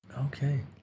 Okay